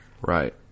Right